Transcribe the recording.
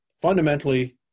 Fundamentally